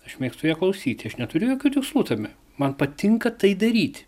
aš mėgstu ją klausyti aš neturiu jokių tikslų tame man patinka tai daryti